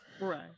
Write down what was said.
Right